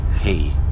hey